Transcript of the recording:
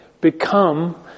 become